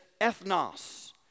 ethnos